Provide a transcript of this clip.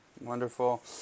Wonderful